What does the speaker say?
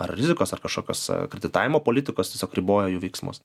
ar rizikos ar kažkokios kreditavimo politikos tiesiog riboja jų veiksmus